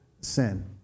sin